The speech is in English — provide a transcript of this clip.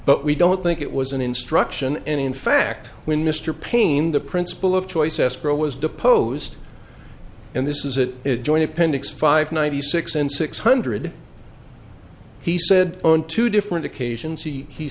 but we don't think it was an instruction and in fact when mr paine the principle of choice escrow was deposed and this is it joint appendix five ninety six and six hundred he said on two different occasions he